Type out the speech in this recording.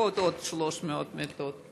לפחות עוד 300 מיטות.